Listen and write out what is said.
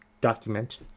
document